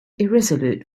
irresolute